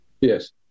Yes